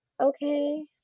okay